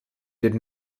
did